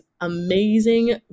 amazing